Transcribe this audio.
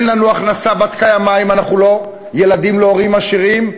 אין לנו הכנסה בת-קיימא אם אנחנו לא ילדים להורים עשירים,